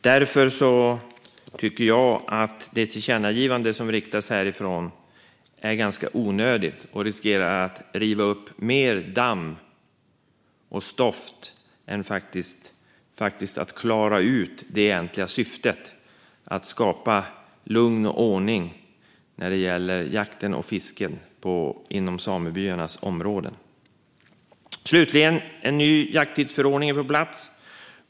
Därför tycker jag att det tillkännagivande som föreslås är ganska onödigt och skulle riskera att riva upp damm och stoft snarare än klara ut det egentliga syftet, nämligen att skapa lugn och ordning när det gäller jakten och fisket inom samebyarnas områden. Slutligen: En ny jakttidsförordning är på plats.